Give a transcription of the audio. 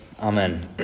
Amen